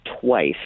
twice